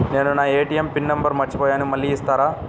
నేను నా ATM pin number మర్చిపోయాను మళ్ళీ ఇస్తారా?